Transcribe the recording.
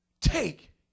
take